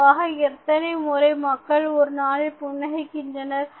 பொதுவாக எத்தனை முறை மக்கள் ஒருநாளில் சிரிக்கின்றனர்